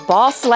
Boss